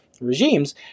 regimes